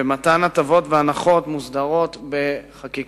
ומתן הטבות והנחות מוסדר בחקיקה,